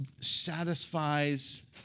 satisfies